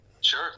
Sure